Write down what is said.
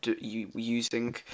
using